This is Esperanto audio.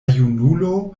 junulo